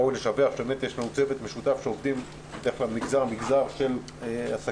ראוי לשבח שבאמת יש לנו צוות משותף שעובד דרך מגזר-מגזר של עסקים,